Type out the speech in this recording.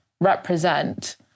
represent